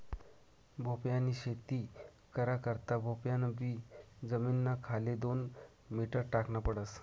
भोपयानी शेती करा करता भोपयान बी जमीनना खाले दोन मीटर टाकन पडस